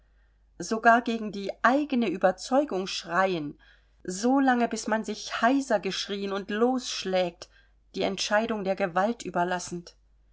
sogar gegen die eigene überzeugung schreien so lange bis man sich heiser geschrien und losschlägt die entscheidung der gewalt überlassend